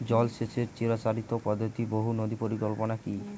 জল সেচের চিরাচরিত পদ্ধতি বহু নদী পরিকল্পনা কি?